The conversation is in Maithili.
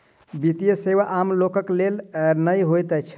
वित्तीय सेवा आम लोकक लेल नै होइत छै